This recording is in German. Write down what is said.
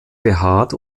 behaart